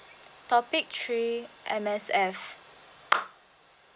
topic three M_S_F